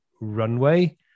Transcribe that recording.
runway